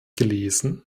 gelesen